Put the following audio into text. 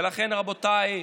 ולכן, רבותיי,